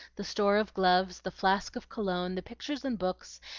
the store of gloves, the flask of cologne, the pictures and books,